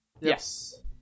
Yes